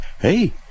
Hey